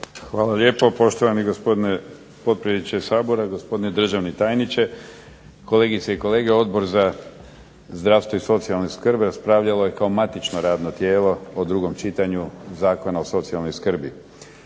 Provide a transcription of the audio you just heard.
Hvala lijepo poštovani gospodine potpredsjedniče Sabora, gospodine državni tajniče, kolegice i kolege. Odbor za zdravstvo i socijalnu skrb raspravljalo je kao matično radno tijelo o drugom čitanju Zakona o socijalnoj skrbi.